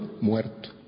muerto